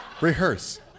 ...rehearse